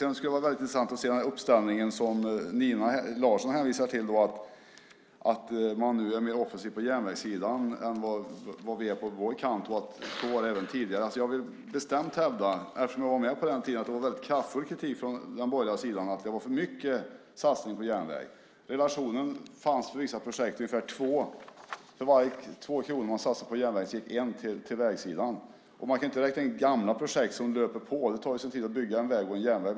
Det skulle vara väldigt intressant att se den uppställning som Nina Larsson hänvisar till, att man nu är mer offensiv på järnvägssidan än vad vi är på vår kant och att så var det även tidigare. Jag vill bestämt hävda, eftersom jag var med på den tiden, att det var väldigt kraftfull kritik från den borgerliga sidan att det var för mycket satsning på järnväg. Relationen var för vissa projekt att för ungefär 2 kronor som man satsade på järnvägen gick 1 krona till vägsidan. Man kan inte räkna in gamla projekt som löper på. Det tar sin tid att bygga en väg och en järnväg.